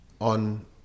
on